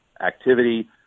activity